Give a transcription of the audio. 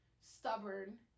stubborn